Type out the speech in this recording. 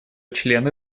члены